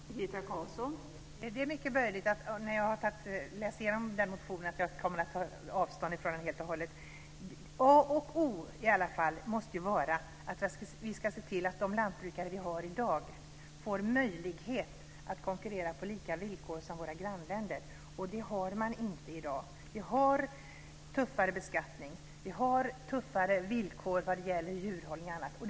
Fru talman! Det är mycket möjligt att jag när jag har läst igenom motionerna i fråga kommer att ta avstånd från dem helt och hållet. A och O måste i alla fall vara att se till att de lantbrukare som vi har i dag får möjlighet att konkurrera på lika villkor med våra grannländer, och det har de inte i dag. Vi har en tyngre beskattning och tuffare villkor vad gäller djurhållning och annat.